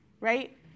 right